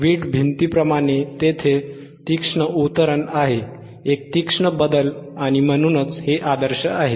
वीट भिंतीप्रमाणे तेथे तीक्ष्ण उतरण आहे एक तीक्ष्ण बदल आणि म्हणूनच हे आदर्श आहे